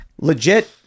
legit